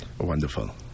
Wonderful